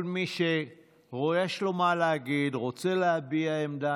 כל מי שיש לו מה להגיד או רוצה להביע עמדה,